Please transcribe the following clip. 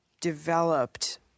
developed